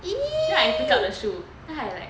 then I pick up the show then I like